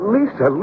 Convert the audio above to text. Lisa